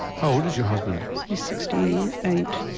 how old is your husband? he's sixty eight.